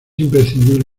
imprescindible